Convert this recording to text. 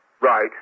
Right